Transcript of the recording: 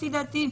לפי דעתי,